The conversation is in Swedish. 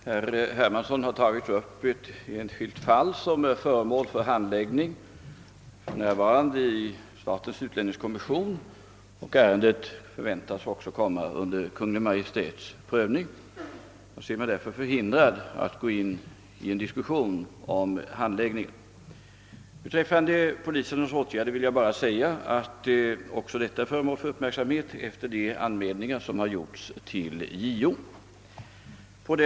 Herr talman! Herr Hermansson har tagit upp ett enskilt fall som är föremål för handläggning i statens utlänningskommission. Ärendet väntas också komma under Kungl. Maj:ts prövning. Jag ser mig därför förhindrad att gå in i en diskussion om handläggningen. Beträffande polisens åtgärder vill jag bara säga att också dessa är föremål för uppmärksamhet efter de anmälningar som gjorts till JO.